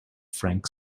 frank